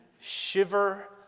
shiver